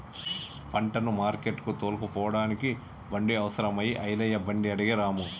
పంటను మార్కెట్టుకు తోలుకుపోడానికి బండి అవసరం అయి ఐలయ్య బండి అడిగే రాము